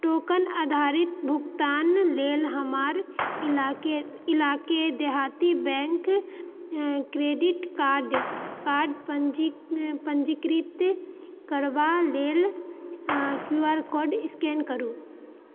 token आधारित भुगतान लेल हमर इलाके इलाके देहाती बैंक क्रेडिट कार्ड कार्ड पञ्जीकृत करबा लेल क्यू आर कोड स्कैन करु